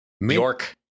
York